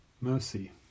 mercy